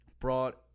brought